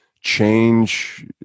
change